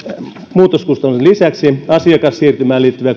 muutoskustannusten lisäksi asiakassiirtymään liittyviä